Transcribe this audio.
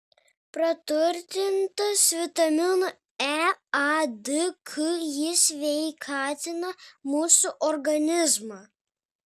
praturtintas vitaminų e a d k jis sveikatina mūsų organizmą